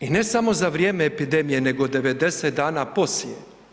I ne samo za vrijeme epidemije, nego 90 dana poslije.